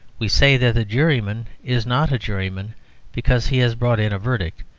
we say that the juryman is not a juryman because he has brought in a verdict.